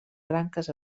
branques